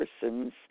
person's